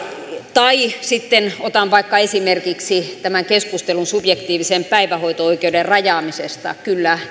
tai sitten otan esimerkiksi vaikka tämän keskustelun subjektiivisen päivähoito oikeuden rajaamisesta kyllä